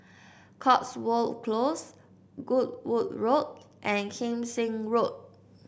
Cotswold Close Goodwood Road and Kim Seng Road